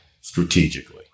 strategically